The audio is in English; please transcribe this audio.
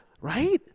right